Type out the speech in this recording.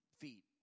feet